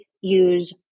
use